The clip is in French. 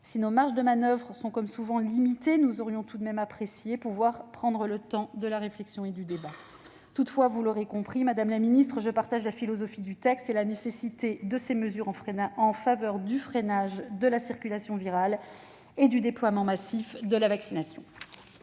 Si nos marges de manoeuvre sont comme souvent limitées, nous aurions tout de même apprécié de pouvoir prendre le temps de la réflexion et du débat. Toutefois, vous l'aurez compris, madame la ministre, je partage la philosophie du texte et la nécessité de ces mesures de freinage de la circulation virale et de déploiement massif de la vaccination.